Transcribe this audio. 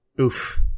Oof